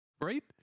right